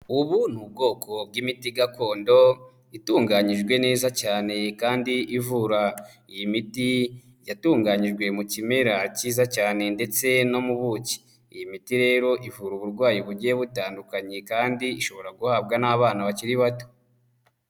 Ubu ni ubwoko bw'imiti gakondo itunganyijwe neza cyane kandi ivura. Iyi miti yatunganyijwe mu kimera cyiza cyane ndetse no mu buki. Iyi miti rero ivura uburwayi bugiye butandukanye kandi ishobora guhabwa n'abana bakiri bato.